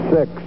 Six